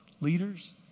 leaders